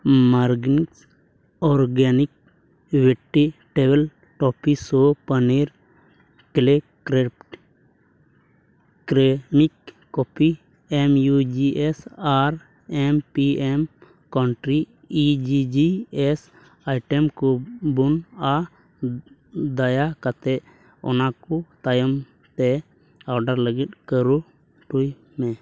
margins organic vegetables tofu soy paneer clay craft ceramic coffee M U G S R M P M country E G G S items ᱠᱚ ᱵᱟᱹᱱᱩᱜᱼᱟ ᱫᱟᱭᱟ ᱠᱟᱛᱮᱫ ᱚᱱᱟᱠᱚ ᱛᱟᱭᱚᱢᱛᱮ order ᱞᱟᱹᱜᱤᱫ ᱠᱩᱨᱩᱢᱩᱴᱩᱭᱢᱮ